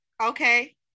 Okay